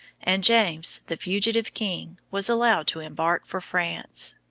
and james, the fugitive king, was allowed to embark for france.